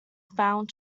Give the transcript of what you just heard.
found